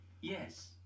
Yes